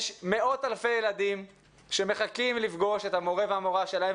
יש מאות אלפי ילדים שמחכים לפגוש את המורה והמורה שלהם,